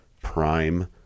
prime